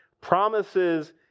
promises